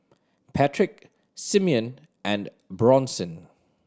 Patrick Simeon and Bronson